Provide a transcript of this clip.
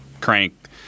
crank